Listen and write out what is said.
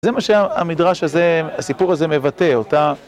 זה מה שהמדרש הזה, הסיפור הזה מבטא, אותה...